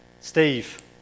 Steve